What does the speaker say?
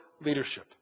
leadership